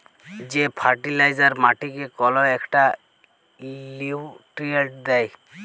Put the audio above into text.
যে ফার্টিলাইজার মাটিকে কল ইকটা লিউট্রিয়েল্ট দ্যায়